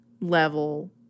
level